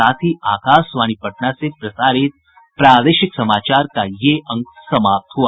इसके साथ ही आकाशवाणी पटना से प्रसारित प्रादेशिक समाचार का ये अंक समाप्त हुआ